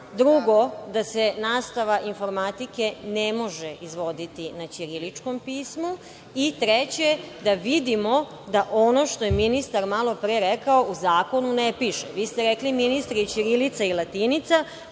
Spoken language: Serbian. Drugo, da se nastava informatike ne može izvoditi na ćiriličkom pismu i treće da vidimo da ono što je ministar malopre rekao u zakonu ne piše. Vi ste rekli ministre i ćirilica i latinica.